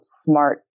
smart